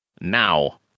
Now